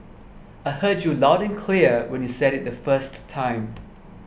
I heard you loud and clear when you said it the first time